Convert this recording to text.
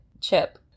chip